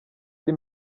ari